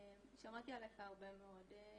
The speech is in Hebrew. עליך הרבה מאוד,